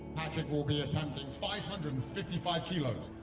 patrik will be attempting five hundred and fifty five kilos,